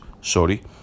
Sorry